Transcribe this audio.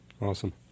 Awesome